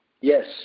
Yes